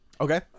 Okay